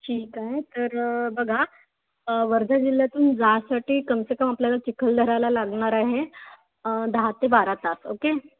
ठीक आहे तर बघा वर्धा जिल्ह्यातून जासाठी कमसे कम आपल्याला चिखलदराला लागणार आहे दहा ते बारा तास ओके